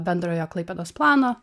bendrojo klaipėdos plano